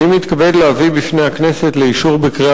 אני מתכבד להביא בפני הכנסת לאישור בקריאה